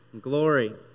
glory